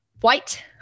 white